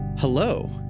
Hello